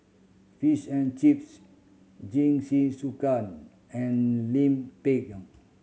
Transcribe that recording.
Fish and Chips Jingisukan and Lime Pickle